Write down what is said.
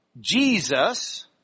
Jesus